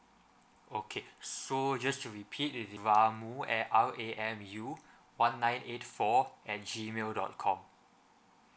okay so just to repeat it is ramu R_A_M_U one nine eight four at G mail dot com